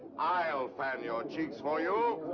i'll fan your cheeks for you!